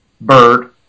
bird